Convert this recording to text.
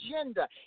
agenda